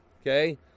Okay